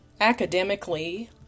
Academically